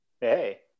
Hey